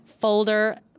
folder